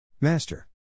Master